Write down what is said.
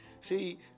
see